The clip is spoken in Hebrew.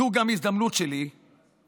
זו גם הזדמנות שלי להודות